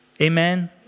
Amen